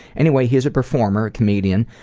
anyway, he is a performer, a comedian,